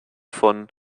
von